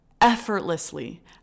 effortlessly